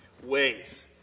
ways